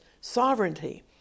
sovereignty